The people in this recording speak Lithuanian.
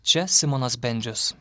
čia simonas bendžius